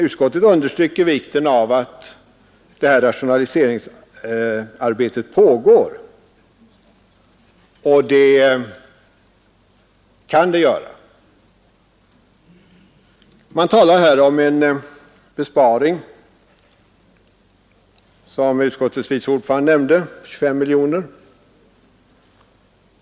Utskottet understryker vikten av att rationaliseringsarbetet fortgår, och det kan det göra. Man talar här om en besparing med — som utskottets vice ordförande nämnde — 25 miljoner kronor.